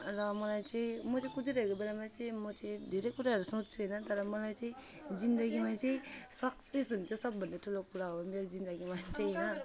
र मलाई चाहिँ म चाहिँ कुदिरहेको बेलामा चाहिँ म चाहिँ धेरै कुराहरू सोच्दिनँ तर मलाई चाहिँ जिन्दगीमा चाहिँ सक्सेस हुनु चाहिँ सबभन्दा ठुलो कुरा हो मेरो जिन्दगीमा चाहिँ होइन